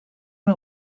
mal